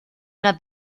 una